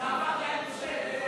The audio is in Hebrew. זה הפך לאנטישמית,